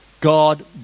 God